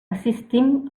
assistim